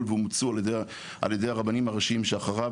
ואומצו על ידי הרבנים הראשיים שאחריו.